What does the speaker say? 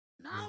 No